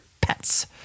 pets